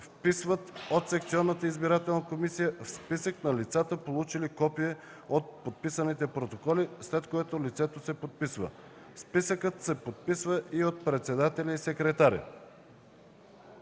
вписват от секционната избирателна комисия в списък на лицата, получили копие от подписаните протоколи, след което лицето се подписва. Списъкът се подписва и от председателя и секретаря.”